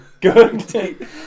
good